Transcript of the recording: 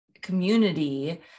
community